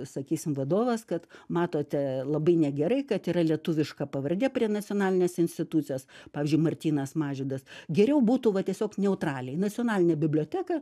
sakysim vadovas kad matote labai negerai kad yra lietuviška pavardė prie nacionalinės institucijos pavyzdžiui martynas mažvydas geriau būtų va tiesiog neutraliai nacionaline biblioteka